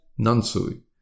Nansui